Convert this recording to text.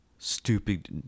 stupid